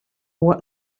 what